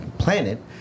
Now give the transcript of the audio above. planet